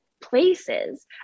places